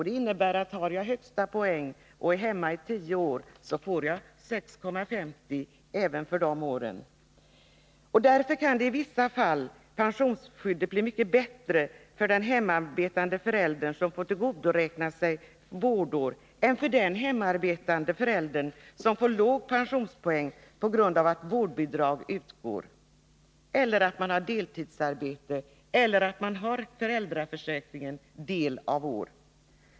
Det innebär att om man har högsta poäng och är hemma i tio år får man 6,50 poäng även för de åren. Därför kan i vissa fall pensionsskyddet bli mycket bättre för den hemarbetande förälder som får tillgodoräkna sig vårdår än för den hemarbetande förälder som får låg pensionspoäng på grund av vårdbidrag, deltidsarbete eller föräldraförsäkring under del av år.